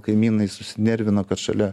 kaimynai susinervino kad šalia